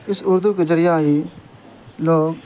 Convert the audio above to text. اس اردو کے ذریعہ ہی لوگ